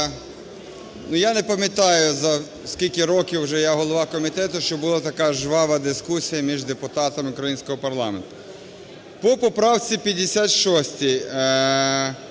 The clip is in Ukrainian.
я не пам'ятаю, стільки років вже я голова комітету, щоб була така жвава дискусія між депутатами українського парламенту. По поправці 56.